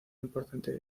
importante